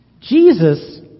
Jesus